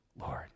Lord